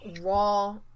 Raw